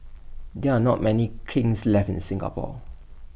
there are not many kilns left in Singapore